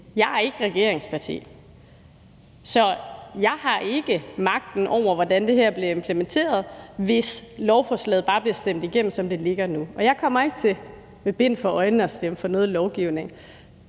ikke er et regeringsparti, så jeg har ikke magten over, hvordan det her bliver implementeret, hvis lovforslaget bare bliver stemt igennem, som det ligger nu. Jeg kommer ikke til med bind for øjnene at stemme for noget lovgivning.